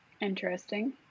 Interesting